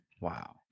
Wow